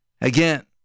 Again